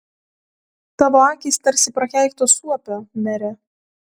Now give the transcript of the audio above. tavo akys tarsi prakeikto suopio mere